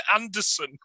Anderson